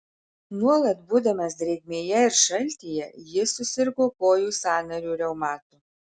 nuolat būdamas drėgmėje ir šaltyje jis susirgo kojų sąnarių reumatu